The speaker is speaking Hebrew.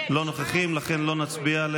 לא נוכחים, ולכן לא נצביע על